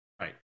Right